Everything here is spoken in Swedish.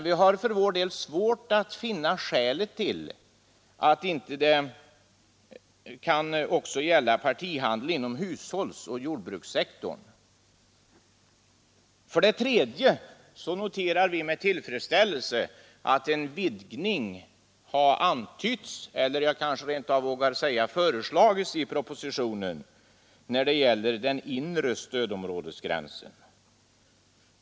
Vi har dock svårt att finna skälet för att inte stödet skall kunna gälla också partihandel inom hushållsoch jordbrukssektorn. För det tredje noterar vi med tillfredsställelse att en utvidgning av inre stödområdet har antytts — jag vågar kanske rent av säga föreslagits — i propositionen.